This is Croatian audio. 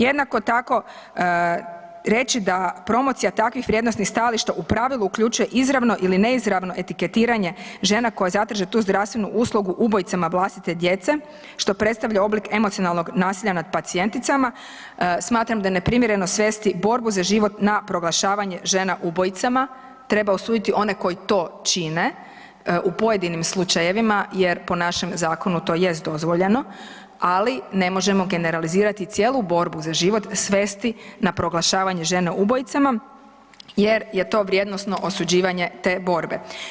Jednako tako reći da promocija takvih vrijednosnih stajališta u pravilu uključuje izravno ili neizravno etiketiranje žena koje zadrže tu zdravstvenu uslugu ubojicama vlastite djece što predstavlja oblik emocionalnog nasilja nad pacijenticama, smatram da je neprimjereno svesti borbu za život na proglašavanje žena ubojicama, treba osuditi one koji to čine u pojedinim slučajevima jer po našem zakonu to jest dozvoljeno, ali ne možemo generalizirati cijelu borbu za život svesti na proglašavanje žena ubojicama jer je to vrijednosno osuđivanje te borbe.